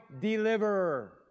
deliverer